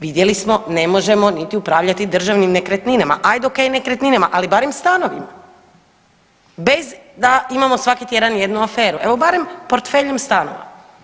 Vidjeli smo, ne možemo niti upravljati državnim nekretninama, ajde okej, nekretninama, ali barem stanovima bez da imamo svaki tjedan jednu aferu, evo barem portfeljem stanova.